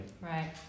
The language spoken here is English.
Right